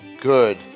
good